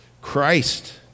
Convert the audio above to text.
Christ